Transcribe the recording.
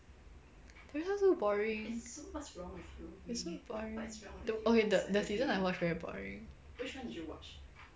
terrace house so boring it's so boring okay the the season I watch very boring